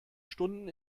stunden